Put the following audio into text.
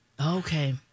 Okay